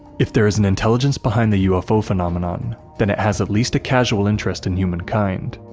if there is an intelligence behind the ufo phenomenon, then it has at least a casual interest in humankind,